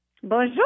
Bonjour